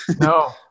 No